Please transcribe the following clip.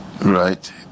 Right